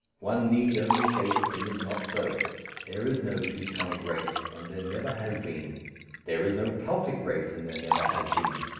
one need only say the thing is not so there is no teutonic race, and there never has been there is no keltic race, and there never has been.